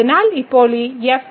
അതിനാൽ ഇപ്പോൾ ഈ fyy